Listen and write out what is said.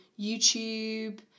YouTube